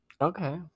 Okay